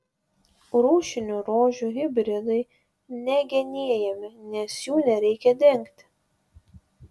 rūšinių rožių hibridai negenėjami nes jų nereikia dengti